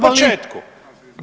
početku.